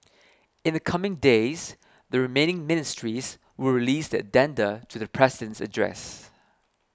in the coming days the remaining ministries will release their addenda to the President's address